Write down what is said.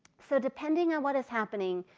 so depending on what is happening,